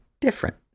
different